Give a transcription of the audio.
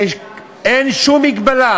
שאין בה שום מגבלה: